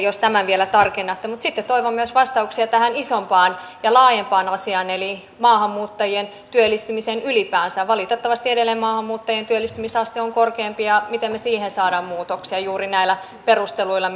jos tämän vielä tarkennatte mutta sitten toivon vastauksia myös tähän isompaan ja laajempaan asiaan eli maahanmuuttajien työllistymiseen ylipäänsä valitettavasti edelleen maahanmuuttajien työllistymisaste on alhaisempi miten me siihen saamme muutoksia juuri näillä perusteluilla